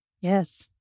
Yes